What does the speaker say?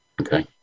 okay